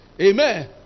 Amen